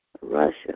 Russia